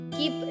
keep